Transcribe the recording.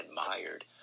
admired